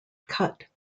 cut